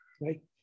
right